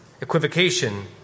equivocation